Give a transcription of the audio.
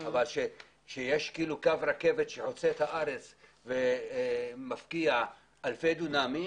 אבל כשיש קו רכבת שחוצה את הארץ ומפקיע אלפי דונמים,